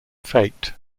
faked